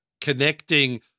connecting